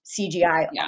CGI